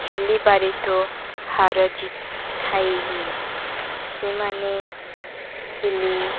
ଖେଳିବାରେ ତ ହାର ଥାଇ ହିଁ ସେମାନେ ଖେଳି